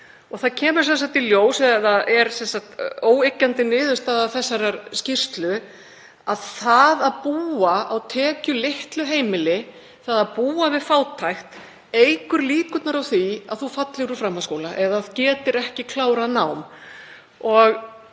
Það kemur sem sagt í ljós eða er óyggjandi niðurstaða þessarar skýrslu að það að búa á tekjulitlu heimili, það að búa við fátækt eykur líkurnar á því að þú fallir úr framhaldsskóla eða getir ekki klárað nám.